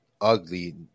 ugly